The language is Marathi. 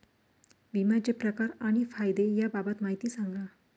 विम्याचे प्रकार आणि फायदे याबाबत माहिती सांगा